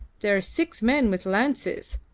there are six men with lances.